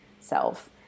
self